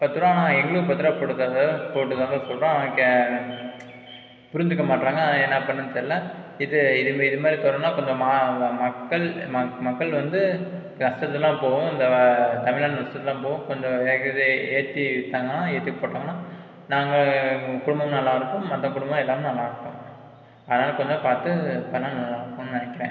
பத்துரூவானா எங்களுக்கும் பத்துரூவா போட்டுத்தாங்க போட்டுத்தாங்கன்னு சொல்லுறோம் ஆனால் கே புரிஞ்சிக்கமாட்டுறாங்க அதா என்ன பண்ணனும்னு தெரில இது இது இது மாரி பொருள்லாம் மக்கள் மக்கள் வந்து கஷ்டத்துலலாம் இருக்கோம் இந்த தமிழ்நாட்டு நஷ்டத்துலலாம் போகும் கொஞ்சம் ஏற்றி விற்றாங்கன்னா ஏற்றி போட்டாங்ன்னா நாங்கள் குடும்பமும் நல்லாருக்கும் மற்ற குடும்பம் எல்லாமே நல்லாருக்கும் அதனால கொஞ்சம் பார்த்து பண்ணால் நல்லாருக்கும்னு நினக்கிற